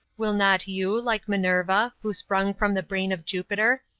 will not you, like minerva, who sprung from the brain of jupiter,